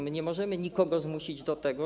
My nie możemy nikogo zmusić do tego.